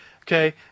Okay